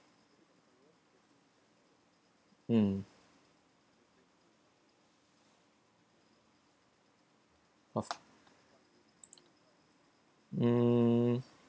mm of hmm